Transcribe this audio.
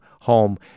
home